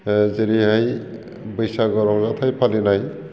जेरैहाय बैसागो रंजाथाय फालिनाय